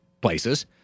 places